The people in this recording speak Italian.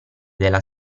della